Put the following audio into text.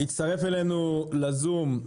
הצטרף אלינו לזום,